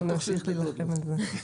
אנחנו נמשיך להילחם על זה.